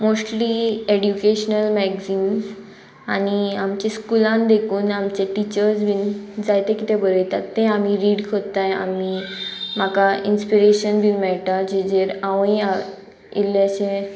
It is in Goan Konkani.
मोस्टली एड्युकेशनल मॅगझिन्स आनी आमच्या स्कुलान देखून आमचे टिचर्स बीन जायते कितें बरयतात ते आमी रीड कोत्ताय आमी म्हाका इन्स्पिरेशन बीन मेळटा जे जेर आवय इल्लेशे